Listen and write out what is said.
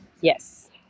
yes